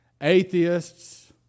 atheists